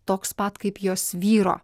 toks pat kaip jos vyro